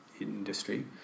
industry